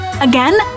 again